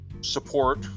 support